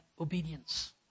Obedience